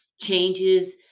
changes